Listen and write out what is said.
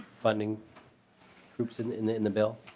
funding groups in the in the bill?